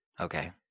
Okay